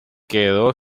quedó